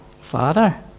Father